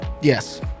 yes